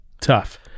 tough